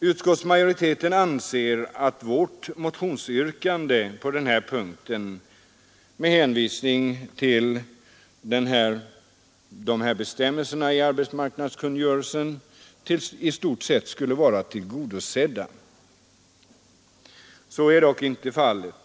Utskottsmajoriteten anser med hänvisning till bestämmelserna i arbetsmarknadskungörelsen att vårt motionsyrkande på denna punkt i stort skulle vara tillgodosett. Så är dock inte fallet.